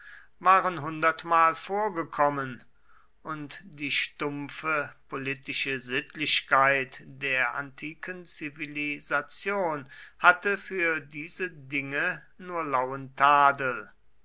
waren hundertmal vorgekommen und die stumpfe politische sittlichkeit der antiken zivilisation hatte für diese dinge nur